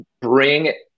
bring